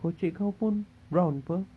kocek kau pun round [pe]